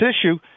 issue